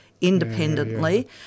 independently